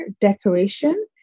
decoration